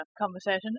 conversation